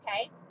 okay